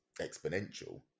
exponential